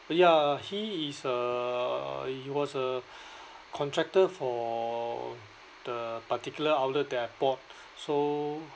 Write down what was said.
ya he is a he was a contractor for the particular outlet that I bought so